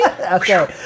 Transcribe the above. Okay